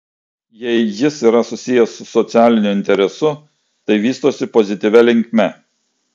jei jis yra susijęs su socialiniu interesu tai vystosi pozityvia linkme